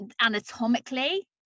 anatomically